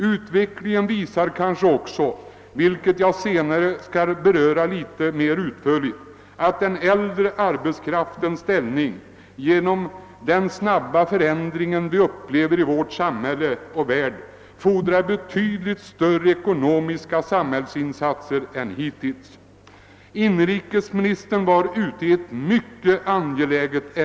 Utvecklingen visar också — vilket jag senare skall beröra litet mer utförligt — att den äldre arbetskraftens ställning genom den snabba förändring som vi upplever i vårt samhälle, i hela vår värld, fordrar betydligt större ekonomiska samhällsinsatser än hittills. Inrikesministern var vid den nämnda konferensen ute i ett mycket angeläget ärende.